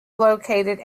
located